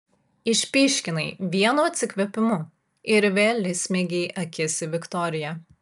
išpyškinai vienu atsikvėpimu ir vėl įsmeigei akis į viktoriją